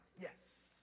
yes